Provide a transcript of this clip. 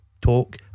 talk